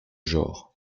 genre